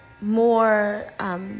more